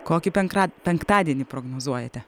kokį penkra penktadienį prognozuojate